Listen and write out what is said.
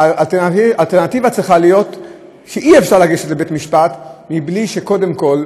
האלטרנטיבה צריכה להיות שאי-אפשר לגשת לבית-משפט בלי שקודם אנחנו